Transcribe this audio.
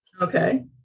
Okay